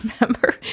remember